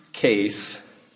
case